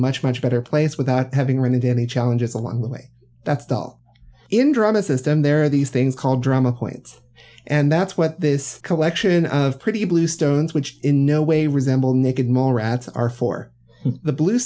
much much better place without having run into any challenges along the way that's in drama system there are these things called drama haunts and that's what this collection of pretty blue stones which in no way resemble naked mole rats are for the blue